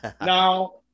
Now